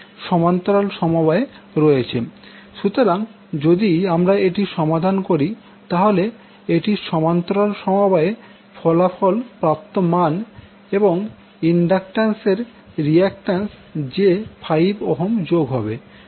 সুতরাং যদি আমরা এটি সমাধান করি তাহলে এটির সমান্তরাল সমবায়ে ফলাফল থেকে প্রাপ্ত মান এবং ইন্ডাকট্যান্সএর রিয়াক্ট্যান্ট j5Ω যোগ হবে